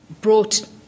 brought